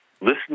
listen